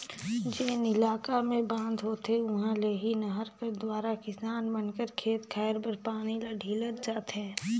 जेन इलाका मे बांध होथे उहा ले ही नहर कर दुवारा किसान मन कर खेत खाएर बर पानी ल ढीलल जाथे